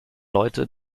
leute